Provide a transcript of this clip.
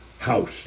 House